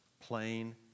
plain